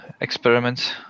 experiments